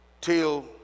till